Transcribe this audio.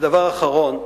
דבר אחרון,